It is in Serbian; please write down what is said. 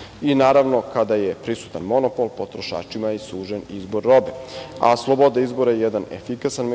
tržištu. Naravno, kada je prisutan monopol, potrošačima je sužen izbor robe, a sloboda izbora je jedan efikasan